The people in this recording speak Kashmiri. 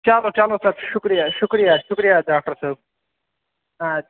چلو چلو پَتہٕ شُکرِیا شُکرِیا شُکرِیا ڈاکٹر صٲب اَدٕ